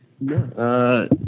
No